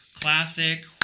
Classic